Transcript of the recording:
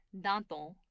danton